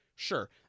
Sure